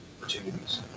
opportunities